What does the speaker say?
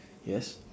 yes